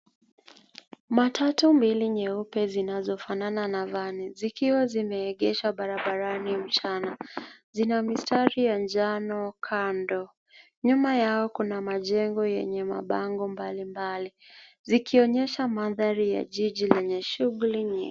Matatu mbili nyeupe zinazofanana nadhani zikiwa zimeegeshwa barabarani mchana, zina mistari ya njano kando. Nyuma yao kuna Majengo yenye mabango mbalimbali, zikionyesha mandhari ya jiji lenye shughuli nyingii.